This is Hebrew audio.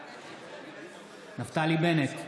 בעד נפתלי בנט,